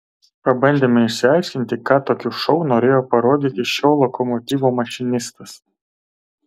pabandėme išsiaiškinti ką tokiu šou norėjo parodyti šio lokomotyvo mašinistas